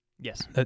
Yes